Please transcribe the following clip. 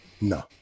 No